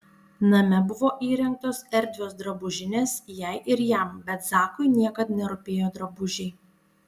name buvo įrengtos erdvios drabužinės jai ir jam bet zakui niekad nerūpėjo drabužiai